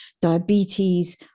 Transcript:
diabetes